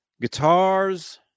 Guitars